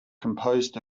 composed